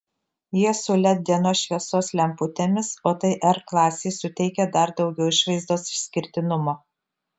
jie su led dienos šviesos lemputėmis o tai r klasei suteikia dar daugiau išvaizdos išskirtinumo